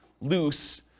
loose